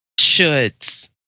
shoulds